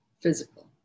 physical